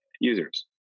users